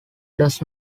does